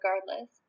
regardless